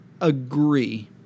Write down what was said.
agree